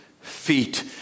feet